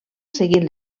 seguint